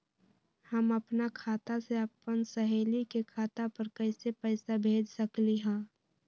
हम अपना खाता से अपन सहेली के खाता पर कइसे पैसा भेज सकली ह?